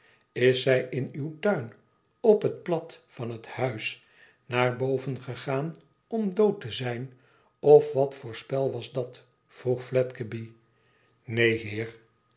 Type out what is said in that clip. is zij in uw turn op het plat van het huis naar boven gegaan om dood te zijn of wat voor spel dat was i vroeg fledgeby neen heer